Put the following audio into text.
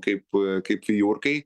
kaip kaip vijurkai